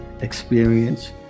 experience